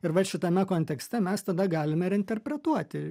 ir vat šitame kontekste mes tada galim ir interpretuoti